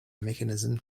mechanism